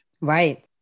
right